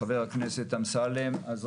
חבר הכנסת אמסלם.